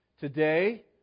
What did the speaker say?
today